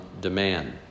demand